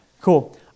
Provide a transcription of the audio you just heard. cool